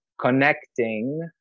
Connecting